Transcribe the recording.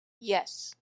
yes